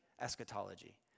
eschatology